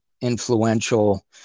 influential